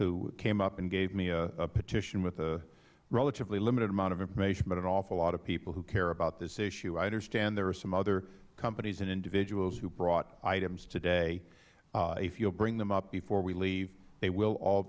who came up and gave me a petition with a relatively limited amount of information but an awful lot of people who care about this issue i understand there are some other companies and individuals who brought items today if you'll bring them up before we leave they will all